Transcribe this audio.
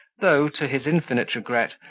though, to his infinite regret,